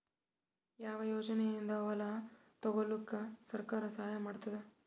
ಯಾವ ಯೋಜನೆಯಿಂದ ಹೊಲ ತೊಗೊಲುಕ ಸರ್ಕಾರ ಸಹಾಯ ಮಾಡತಾದ?